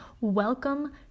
Welcome